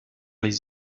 les